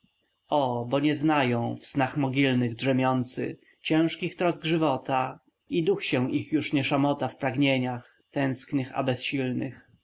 o bo nie znają w snach mogilnych drzemiący ciężkich trosk żywota i duch się ich już nie szamota w pragnieniach tęsknych a bezsilnych